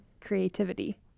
creativity